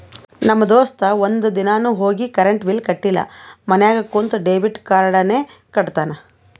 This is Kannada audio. ನಮ್ ದೋಸ್ತ ಒಂದ್ ದಿನಾನು ಹೋಗಿ ಕರೆಂಟ್ ಬಿಲ್ ಕಟ್ಟಿಲ ಮನ್ಯಾಗ ಕುಂತ ಡೆಬಿಟ್ ಕಾರ್ಡ್ಲೇನೆ ಕಟ್ಟತ್ತಾನ್